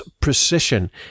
precision